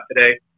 today